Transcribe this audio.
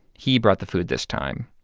he brought the food this time,